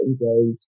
engage